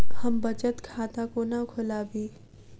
हम बचत खाता कोना खोलाबी?